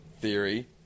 theory